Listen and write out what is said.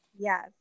Yes